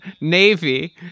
navy